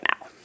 now